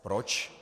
Proč?